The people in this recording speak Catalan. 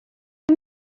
hem